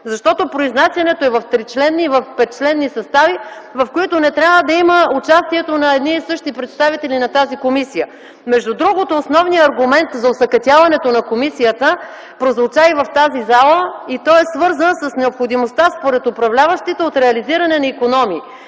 защото произнасянето е в 3-членни и в 5-членни състави, в които не трябва да има участието на едни и същи представители на тази комисия. Между другото, основният аргумент за осакатяването на комисията прозвуча и в тази зала и той е свързан с необходимостта, според управляващите, от реализиране на икономии.